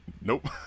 Nope